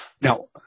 Now